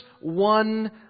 one